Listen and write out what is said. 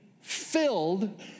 filled